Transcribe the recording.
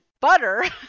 butter